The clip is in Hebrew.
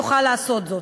יוכל לעשות זאת.